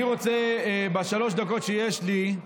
בשלוש הדקות שיש לי,